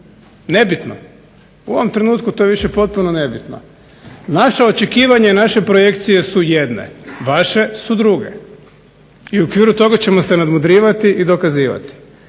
Nebitno. U ovom trenutku to je više potpuno nebitno. Naša očekivanja i naše projekcije su jedne, vaše su druge. I u okviru toga ćemo se nadmudrivati i dokazivati.